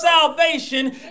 salvation